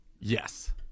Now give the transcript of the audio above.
Yes